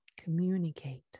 communicate